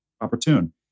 Opportune